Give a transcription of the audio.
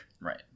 Right